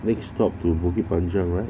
next stop to bukit panjang right